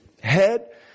head